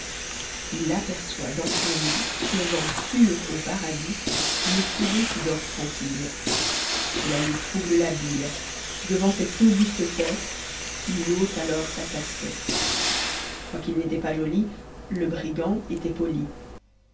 il aperçoit dans son lit songeant sûr au paradis le curé qui dort tranquille cela lui trouble la bile devant cette auguste tête ii ôto alors sa casquette quoiqu'il n'était pas joli le brigand était poli